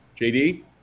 JD